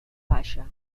baixa